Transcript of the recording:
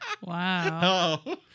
Wow